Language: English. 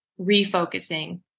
refocusing